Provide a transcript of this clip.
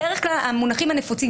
בדרך כלל המונחים הנפוצים,